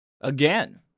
again